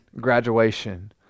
graduation